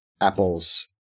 Apple's